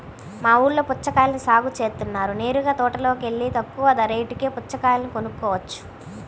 మా ఊల్లో పుచ్చకాయల్ని సాగు జేత్తన్నారు నేరుగా తోటలోకెల్లి తక్కువ రేటుకే పుచ్చకాయలు కొనుక్కోవచ్చు